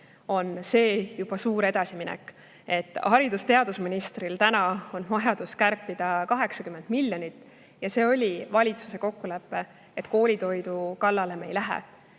on see juba suur edasiminek. Haridus‑ ja teadusministril on vaja kärpida 80 miljonit ja see oli valitsuse kokkulepe, et koolitoidu kallale me ei lähe.